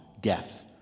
death